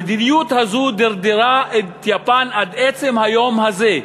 המדיניות הזו דרדרה את יפן עד עצם היום הזה,